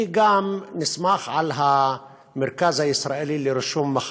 אני גם נסמך על המרכז הישראלי לרישום מחלות,